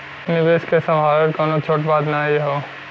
निवेस के सम्हारल कउनो छोट बात नाही हौ